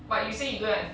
but you said you don't have